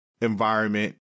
environment